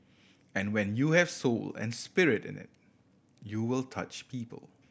and when you have soul and spirit in it you will touch people